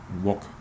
walk